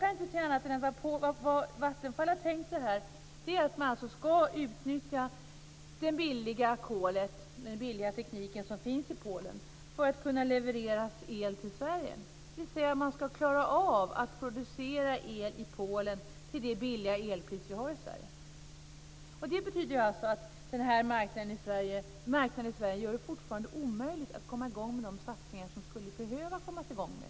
Vad Vattenfall har tänkt sig är att utnyttja det billiga kolet och den billiga tekniken som finns i Polen för att kunna leverera el till Sverige, dvs. att man ska klara av att producera el i Polen till det billiga elpris vi har i Sverige. Det betyder att marknaden i Sverige fortfarande gör det omöjligt att komma i gång med de satsningar som man skulle behöva komma i gång med.